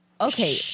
Okay